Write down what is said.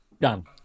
Done